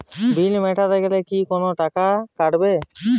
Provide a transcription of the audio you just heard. বিল মেটাতে গেলে কি কোনো টাকা কাটাবে?